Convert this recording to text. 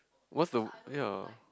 what's the ya